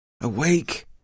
Awake